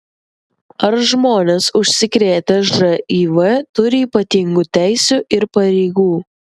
ar žmonės užsikrėtę živ turi ypatingų teisių ir pareigų